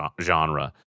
genre